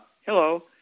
Hello